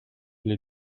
les